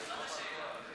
זאת השאלה.